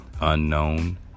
unknown